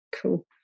cool